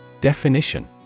Definition